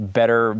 better